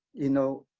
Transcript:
you know,